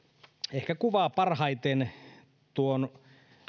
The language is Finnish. ehkä kuvaa parhaiten tuon